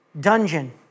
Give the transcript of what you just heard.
dungeon